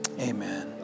amen